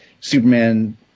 Superman